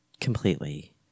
completely